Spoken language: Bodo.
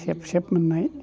सेब सेब मोननाय